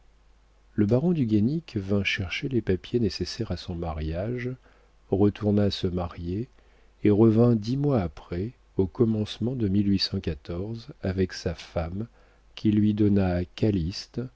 le baron du guénic vint chercher les papiers nécessaires à son mariage retourna se marier et revint dix mois après au commencement de avec sa femme qui lui donna